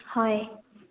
ꯍꯣꯏ